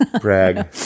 Brag